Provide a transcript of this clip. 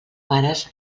pares